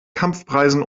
kampfpreisen